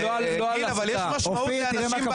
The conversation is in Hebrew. אופיר,